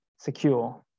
secure